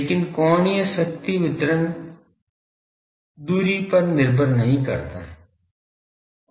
लेकिन कोणीय शक्ति वितरण वितरण दूरी पर निर्भर नहीं करता है